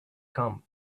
come